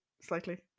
slightly